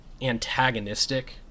antagonistic